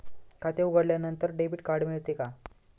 खाते उघडल्यानंतर debit card मिळते का?